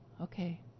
Okay